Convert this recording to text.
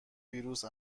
ویروس